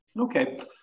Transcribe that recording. Okay